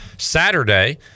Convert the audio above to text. saturday